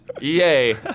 Yay